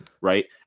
Right